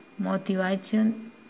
Motivation